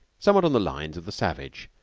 somewhat on the lines of the savage,